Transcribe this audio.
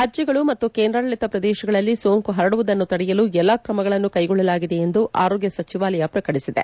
ರಾಜ್ಯಗಳು ಮತ್ತು ಕೇಂದ್ರಾಡಳಿತ ಪ್ರದೇಶಗಳಲ್ಲಿ ಸೋಂಕು ಹರಡುವುದನ್ನು ತಡೆಯಲು ಎಲ್ಲ ಕ್ರಮಗಳನ್ನು ಕೈಗೊಳ್ಳಲಾಗಿದೆ ಎಂದು ಆರೋಗ್ಯ ಸಚಿವಾಲಯ ಪ್ರಕಟಿಸಿದೆ